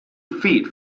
feet